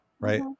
right